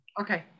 Okay